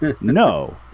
no